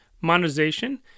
monetization